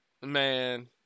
man